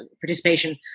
participation